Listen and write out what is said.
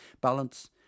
Balance